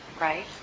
Right